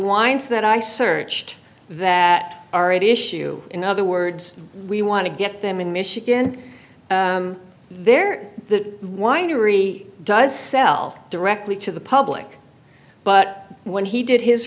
wines that i searched that already issue in other words we want to get them in michigan they're the winery does sell directly to the public but when he did his